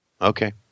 Okay